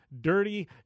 dirty